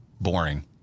boring